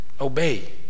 obey